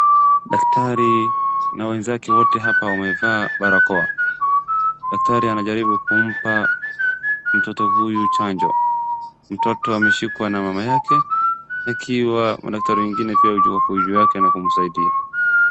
Daktari na wenzake wote hapa wamevaa barakoa, daktari anajaribu kumpa mtoto huyu chanjo. Mtoto ameshikwa na mama yake ikiwa daktari wengine wako juu yake na kumsaidia.